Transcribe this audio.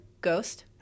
ghost